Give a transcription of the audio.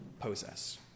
possess